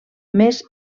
més